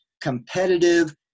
competitive